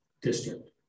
District